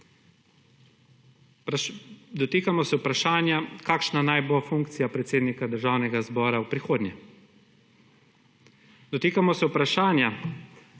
Dotikamo se vprašanja kakšna naj bo funkcija predsednika Državnega zbora v prihodnje. Dotikamo se vprašanja